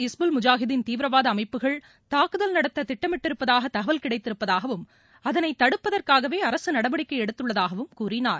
இஸ்புல் முஜாகிதீன் தீவிரவாத அமைப்புகள் தாக்குதல் நடத்த திட்டமிட்டிருப்பதாக தகவல் கிடைத்திருப்பதாகவும் அதனை தடுப்பதற்காகவே அரசு நடவடிக்கை எடுத்துள்ளதாகவும் கூறினார்